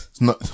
no